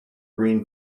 green